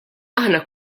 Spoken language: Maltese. aħna